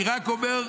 אני רק אומר,